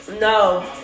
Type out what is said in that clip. No